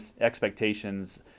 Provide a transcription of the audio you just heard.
expectations